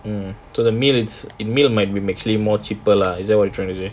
mm so the meal is eat meal might be actually more cheaper lah is that what you're trying to say